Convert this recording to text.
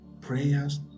prayers